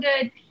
good